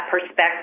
perspective